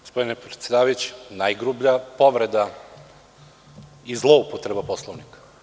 Gospodine predsedavajući, najgrublja povreda i zloupotreba Poslovnika.